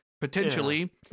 potentially